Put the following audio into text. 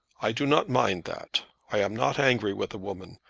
i do not mind that. i am not angry with a woman.